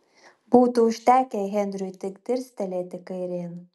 būtų užtekę henriui tik dirstelėti kairėn